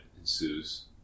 ensues